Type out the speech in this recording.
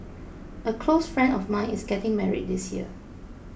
a close friend of mine is getting married this year